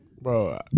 Bro